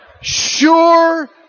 sure